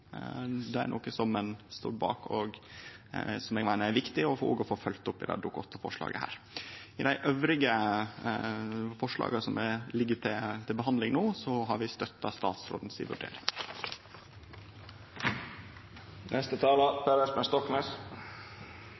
Det er noko som ein står bak, og som eg meiner er viktig å få følgt opp i samband med dette Dokument 8-forslaget. I dei andre forslaga som ligg til behandling, har vi støtta vurderinga til statsråden.